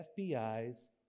fbi's